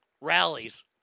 rallies